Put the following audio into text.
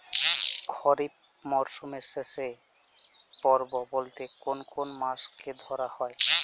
খরিপ মরসুমের শেষ পর্ব বলতে কোন কোন মাস কে ধরা হয়?